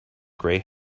gray